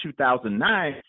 2009